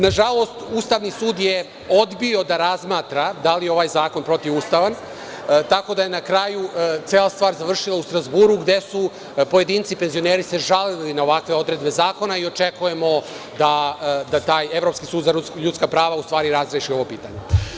Nažalost, Ustavni sud je odbio da razmatra da li je ovaj zakon protivustavan, tako da je na kraju cela stvar završila u Strazburu, gde su pojedinci penzioneri se žalili na ovakve odredbe zakona i očekujemo da taj Evropski sud za ljudska prava, u stvari razreši ovo pitanje.